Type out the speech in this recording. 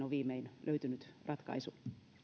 viimein löytynyt ratkaisu